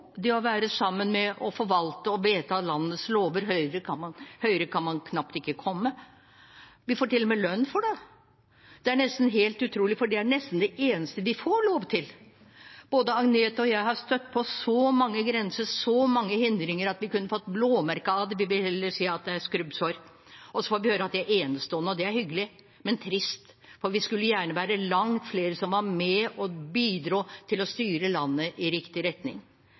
Det å være sammen om å forvalte og vedta landets lover – høyere kan man knapt komme. Vi får til og med lønn for det. Det er helt utrolig, for det er nesten det eneste vi får lov til. Både Agnete og jeg har støtt på så mange grenser, så mange hindringer, at vi kunne fått blåmerker av det – vi vil heller si at det er skrubbsår. Så får vi høre at vi er enestående. Det er hyggelig, men trist, for vi skulle gjerne være langt flere som var med og bidro til å styre landet i riktig retning.